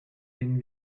denen